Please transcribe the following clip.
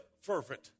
fervent